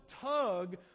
tug